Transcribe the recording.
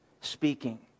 speaking